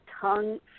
tongue